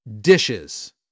dishes